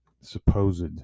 supposed